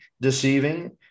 deceiving